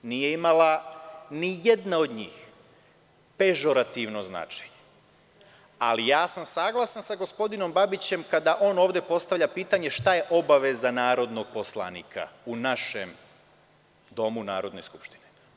Nije imala nijedna od njih pežorativno značenje, ali ja sam saglasan sa gospodinom Babićem kada on ovde postavlja pitanje – šta je obaveza narodnog poslanika u našem domu Narodne skupštine?